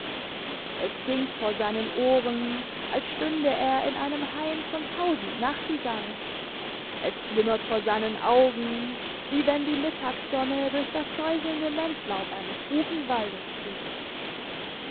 es singt vor seinen ohren als stünde er in einem hain von tausend nachtigallen es flimmert vor seinen augen wie wenn die mittagssonne durch das säuselnde lenzlaub eines buchenwaldes bricht